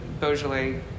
Beaujolais